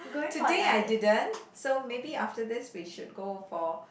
today I didn't so maybe after this we should go for